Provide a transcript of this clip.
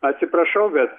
atsiprašau bet